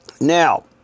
Now